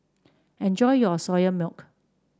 enjoy your Soya Milk